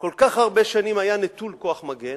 כל כך הרבה שנים היה נטול כוח מגן